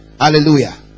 Hallelujah